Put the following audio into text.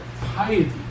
piety